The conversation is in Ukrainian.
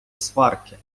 сварки